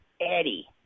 Eddie